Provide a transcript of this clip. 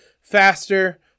faster